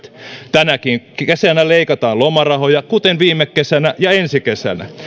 tänäkin kesänä leikataan lomarahoja kuten viime kesänä ja ensi kesänä